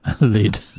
lid